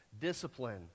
Discipline